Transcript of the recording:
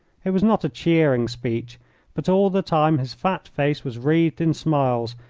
it was not a cheering speech but all the time his fat face was wreathed in smiles,